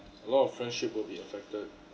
a lot of friendship will be affected